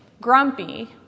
Grumpy